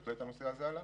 בהחלט הנושא הזה עלה.